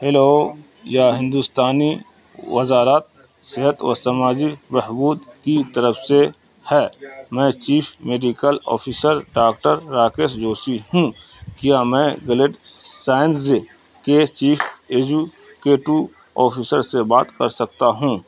hello یہ ہندوستانی وزارت صحت و سماجی بہبود کی طرف سے ہے میں chief medical officer doctor Rakesh Joshi ہوں کیا میں گلیڈ سائنسز کے چیف ایجوکیٹو آفیسر سے بات کر سکتا ہوں